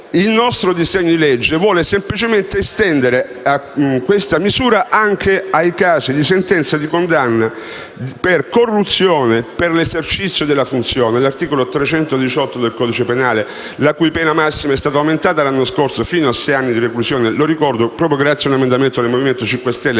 Il nostro disegno di legge vuole semplicemente estendere questa misura anche ai casi di sentenza di condanna per corruzione per l'esercizio della funzione. Si tratta dell'articolo 318 del codice penale, la cui pena massima è stata aumentata l'anno scorso fino a sei anni di reclusione - lo ricordo - proprio grazie ad un emendamento del Movimento 5 Stelle,